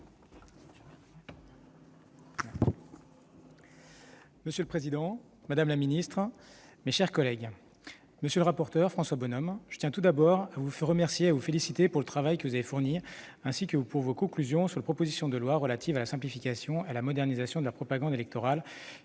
voterons ! Très bien ! La parole est à M. Cyril Pellevat. Monsieur le rapporteur, François Bonhomme, je tiens tout d'abord à vous remercier et à vous féliciter pour le travail que vous avez fourni, ainsi que pour vos conclusions sur la proposition de loi relative à la simplification et à la modernisation de la propagande électorale,